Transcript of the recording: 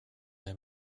der